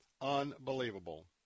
unbelievable